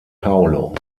paulo